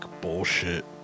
bullshit